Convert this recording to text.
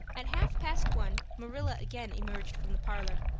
at half past one marilla again emerged from the parlor.